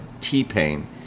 T-Pain